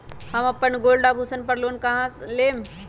हम अपन गोल्ड आभूषण पर लोन कहां से लेम?